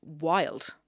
wild